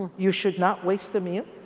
you should not waste a meal.